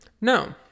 No